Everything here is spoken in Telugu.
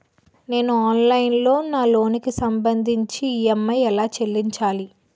నేను ఆన్లైన్ లో నా లోన్ కి సంభందించి ఈ.ఎం.ఐ ఎలా చెల్లించాలి?